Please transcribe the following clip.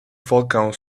falcão